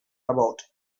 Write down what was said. about